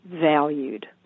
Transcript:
valued